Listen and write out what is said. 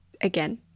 Again